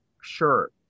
sure